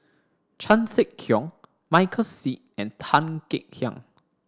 Chan Sek Keong Michael Seet and Tan Kek Hiang